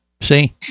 see